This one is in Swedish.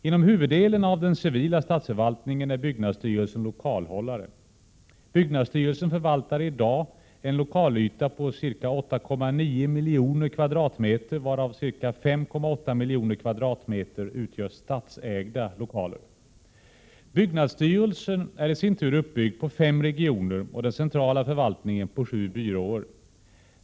Inom huvuddelen av den civila statsförvaltningen är byggnadsstyrelsen lokalhållare. Byggnadsstyrelsen förvaltar i dag en lokalyta på 8,9 miljoner m?, varav ca 5,8 miljoner m? utgör statsägda lokaler. Byggnadsstyrelsen är i sin tur uppbyggd på fem regioner och den centrala förvaltningen på sju byråer.